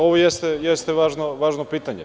Ovo jeste važno pitanje.